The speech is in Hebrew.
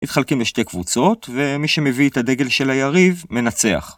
מתחלקים לשתי קבוצות, ומי שמביא את הדגל של היריב, מנצח.